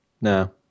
No